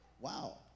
Wow